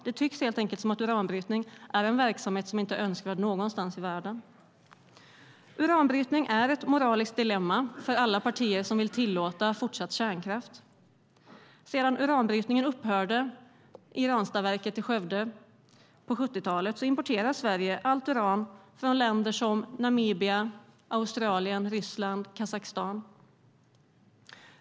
Det tycks helt enkelt som om uranbrytning är en verksamhet som inte är önskvärd någonstans i världen. Uranbrytning är ett moraliskt dilemma för alla partier som vill tillåta fortsatt kärnkraft. Sedan uranbrytningen upphörde i Ranstadverket i Skövde på 70-talet importerar Sverige allt uran från länder som Namibia, Australien, Ryssland och Kazakstan.